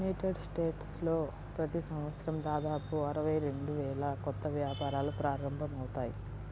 United స్టేట్స్లో ప్రతి సంవత్సరం దాదాపు అరవై రెండు వేల కొత్త వ్యాపారాలు ప్రారంభమవుతాయి